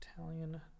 Italian